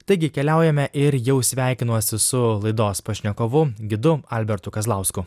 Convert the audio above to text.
taigi keliaujame ir jau sveikinuosi su laidos pašnekovu gidu albertu kazlausku